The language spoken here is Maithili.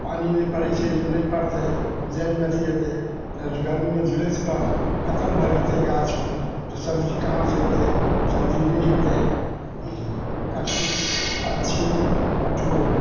पानी नहि पड़ै छै तऽ नहि पड़तै जड़िमे अथी हेतै गरमीमे झुलसिकऽ खतम भऽ जेतै गाछ ओ तऽ सब्जी कहाँ से अएतै सब्जी नहि हेतै अच्छी कठोर